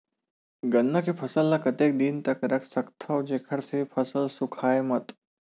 गन्ना के फसल ल कतेक दिन तक रख सकथव जेखर से फसल सूखाय मत?